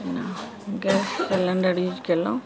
gas cylinder use केलहुँ